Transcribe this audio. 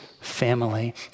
family